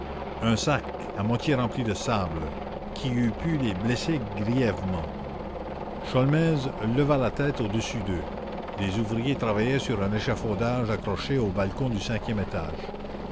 un sac à moitié rempli de sable qui eut pu les blesser grièvement sholmès leva la tête au-dessus d'eux des ouvriers travaillaient sur un échafaudage accroché au balcon du cinquième étage